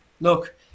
Look